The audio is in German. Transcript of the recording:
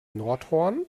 nordhorn